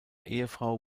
ehefrau